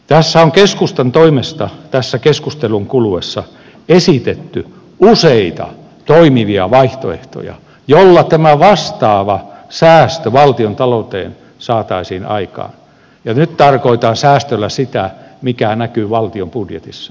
tässä keskustelun kuluessa on keskustan toimesta esitetty useita toimivia vaihtoehtoja joilla tämä vastaava säästö valtiontalouteen saataisiin aikaan ja nyt tarkoitan säästöllä sitä mikä näkyy valtion budjetissa